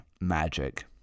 magic